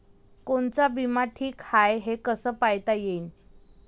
कोनचा बिमा ठीक हाय, हे कस पायता येईन?